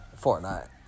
Fortnite